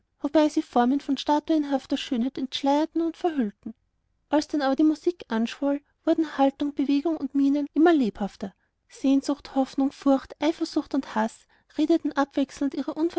wobei sie formen von statuenhafter schönheit entschleierten und verhüllten als dann aber die musik anschwoll wurden haltung bewegungen und mienen immer lebhafter sehnsucht hoffnung furcht eifersucht und haß redeten abwechselnd ihre